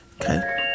okay